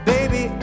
Baby